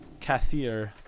Kathir